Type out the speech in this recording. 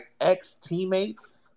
ex-teammates